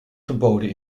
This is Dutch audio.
verboden